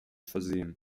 versehen